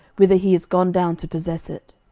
whither he is gone down to possess it.